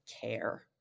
care